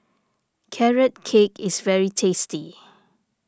Carrot Cake is very tasty